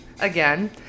Again